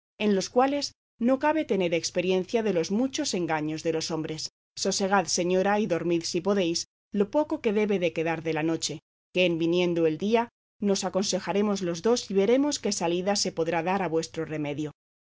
en los cuales no cabe tener experiencia de los muchos engaños de los hombres sosegad señora y dormid si podéis lo poco que debe de quedar de la noche que en viniendo el día nos aconsejaremos los dos y veremos qué salida se podrá dar a vuestro remedio